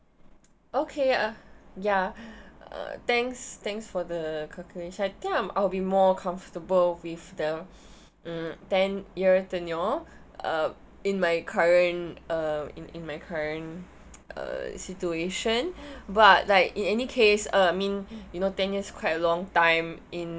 okay uh ya thanks thanks for the calculation I think I'll be more comfortable with the mm ten year tenure uh in my current uh in in my current uh situation but like in any case I mean you know ten years quite a long time in